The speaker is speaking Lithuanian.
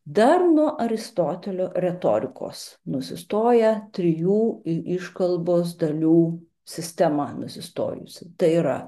dar nuo aristotelio retorikos nusistoja trijų iškalbos dalių sistema nusistojusi tai yra